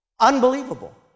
Unbelievable